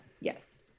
Yes